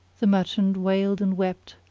the merchant wailed and wept,